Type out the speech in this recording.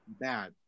bad